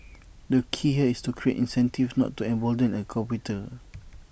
the key here is to create incentives not to embolden A competitor